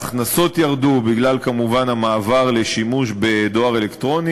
ההכנסות ירדו בגלל המעבר לשימוש בדואר אלקטרוני